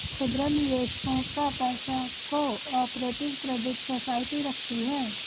खुदरा निवेशकों का पैसा को ऑपरेटिव क्रेडिट सोसाइटी रखती है